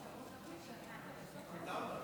עטאונה,